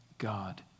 God